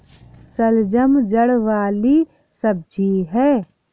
शलजम जड़ वाली सब्जी है